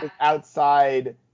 outside